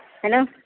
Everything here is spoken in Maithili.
हेलो